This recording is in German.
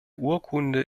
urkunde